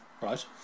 Right